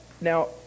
Now